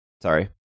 Sorry